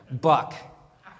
Buck